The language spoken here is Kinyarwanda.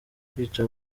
kwica